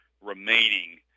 remaining